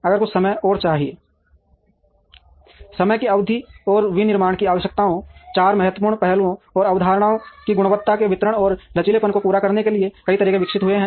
अगर कुछ समय और चाहिए समय की अवधि में विनिर्माण की आवश्यकताओं चार महत्वपूर्ण पहलुओं और अवधारणाओं की गुणवत्ता के वितरण और लचीलेपन को पूरा करने के लिए कई तरीके विकसित हुए हैं